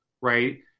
right